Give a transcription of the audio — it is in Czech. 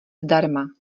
zdarma